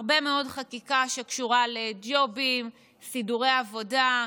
הרבה מאוד חקיקה שקשורה לג'ובים, סידורי עבודה,